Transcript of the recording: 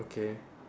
okay